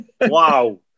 Wow